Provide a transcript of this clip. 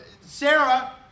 Sarah